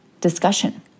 discussion